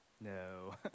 No